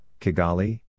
Kigali